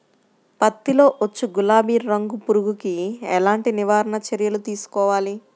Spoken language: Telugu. పత్తిలో వచ్చు గులాబీ రంగు పురుగుకి ఎలాంటి నివారణ చర్యలు తీసుకోవాలి?